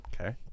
Okay